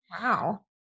Wow